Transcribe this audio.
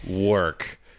work